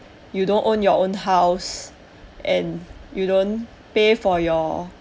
you don't own your own house and you don't pay for your